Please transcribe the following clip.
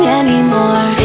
anymore